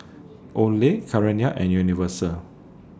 Olay Carrera and Universal